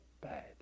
bad